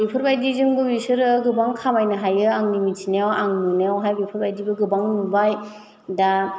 बेफोर बायदिजोंबो बेसोरो गोबां खामायनो हायो आंनि मिथिनायाव आं नुनायावहाय बेफोरबायदिबो गोबां नुबाय दा